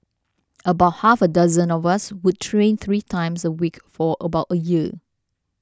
about half a dozen of us would train three times a week for about a year